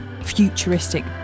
futuristic